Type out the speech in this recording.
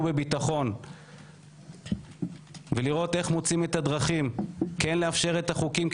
בביטחון ולראות איך מוצאים את הדרכים כן לאפשר את החוקים,